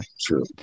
True